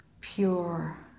pure